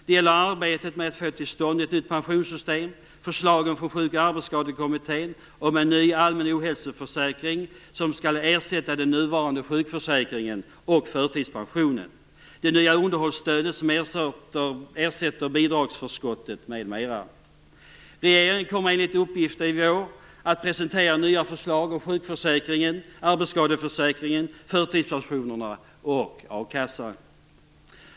Det gäller arbetet med att få till stånd ett nytt pensionssystem, förslaget från Sjuk och arbetsskadekommittén om en ny allmän ohälsoförsäkring som skall ersätta den nuvarande sjukförsäkringen och förtidspensionen, det nya underhållsstödet som ersätter bidragsförskottet, m.m. Regeringen kommer enligt uppgift i vår att presentera nya förslag om sjukförsäkringen, arbetsskadeförsäkringen, förtidspensionerna och a-kassan.